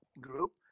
group